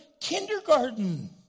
kindergarten